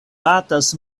batas